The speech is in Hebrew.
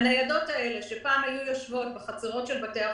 הניידות האלה היו יושבות פעם בחצרות של בתי החולים,